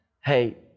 hey